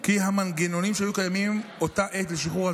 כי המנגנונים שהיו קיימים באותה עת לשחרור על